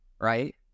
right